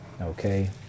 okay